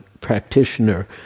practitioner